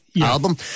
album